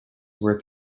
were